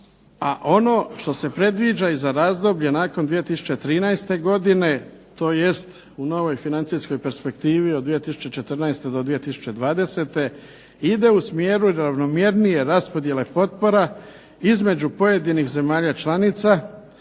ono što se predviđa i za razdoblje nakon 2013. godine tj. u novoj financijskoj perspektivi od 2014. do 2020. ide u smjeru ravnomjernije raspodjele potpora između pojedinih zemalja članica,